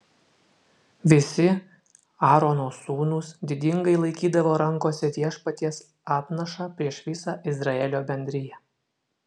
visi aarono sūnūs didingai laikydavo rankose viešpaties atnašą prieš visą izraelio bendriją